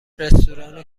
رستوران